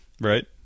Right